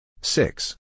Six